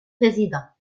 présidents